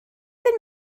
fynd